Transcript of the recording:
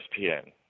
ESPN